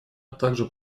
также